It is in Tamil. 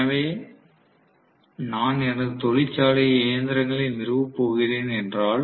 எனவே நான் எனது தொழிற்சாலையில் இயந்திரங்களை நிறுவப் போகிறேன் என்றால்